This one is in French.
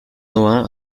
nohain